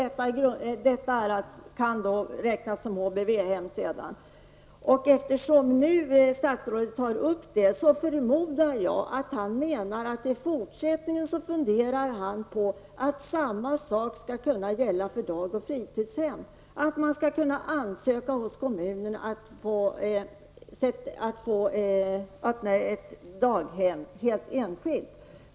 Sedan kan det räknas som HVB-hem. Eftersom statsrådet tar upp det här förmodar jag att han menar att detsamma skall kunna gälla dag och fritidshem, dvs. att man skall kunna ansöka hos kommunen om att få öppna ett helt enskilt daghem.